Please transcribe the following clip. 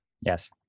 Yes